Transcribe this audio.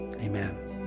Amen